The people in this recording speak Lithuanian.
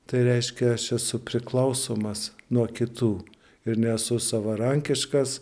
tai reiškia aš esu priklausomas nuo kitų ir nesu savarankiškas